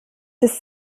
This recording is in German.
ist